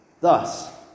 Thus